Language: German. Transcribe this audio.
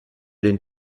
den